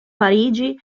parigi